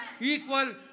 equal